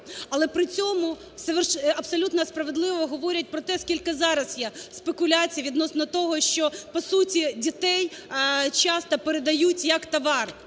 але при цьому абсолютно справедливо говорять про те, скільки зараз є спекуляцій відносно того, що, по суті, дітей часто передають як товар.